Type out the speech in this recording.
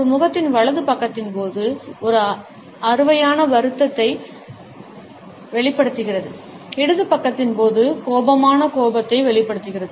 ஒரு முகத்தின் வலது பக்கத்தின் போது ஒரு அறுவையான வருத்தத்தை வெளிப்படுத்துகிறது இடது பக்கத்தின் போது கோபமான கோபத்தை வெளிப்படுத்துகிறது